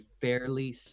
fairly